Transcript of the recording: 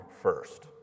first